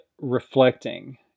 reflecting